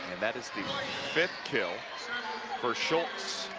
and that is the fifth kill for schultz